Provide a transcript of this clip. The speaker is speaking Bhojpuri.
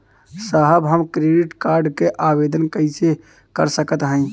साहब हम क्रेडिट कार्ड क आवेदन कइसे कर सकत हई?